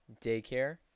daycare